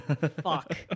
Fuck